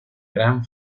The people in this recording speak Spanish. gran